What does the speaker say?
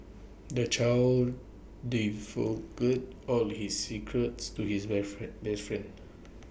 the child all his secrets to his best friend best friend